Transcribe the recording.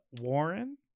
Warren